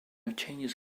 changes